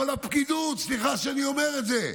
אבל הפקידות, סליחה שאני אומר את זה,